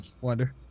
Wonder